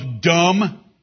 dumb